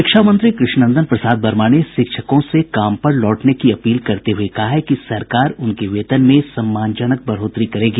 शिक्षा मंत्री कृष्णनंदन प्रसाद वर्मा ने शिक्षकों से काम पर लौटने की अपील करते हुए कहा है कि सरकार उनके वेतन में सम्मानजनक बढ़ोतरी करेगी